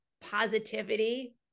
positivity